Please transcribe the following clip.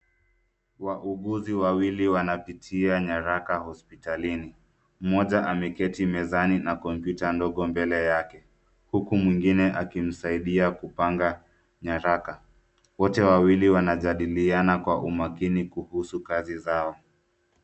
Wauguzi wawili wanapitia nyaraka hospitalini, mmoja ameketi mezani na kompyuta ndogo mbele yake, huku mwingine akimsaidia kupanga nyaraka. Wote wawili wanajadiliana kwa umakini kuhusu kazi zao.